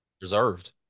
reserved